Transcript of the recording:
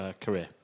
career